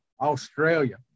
Australia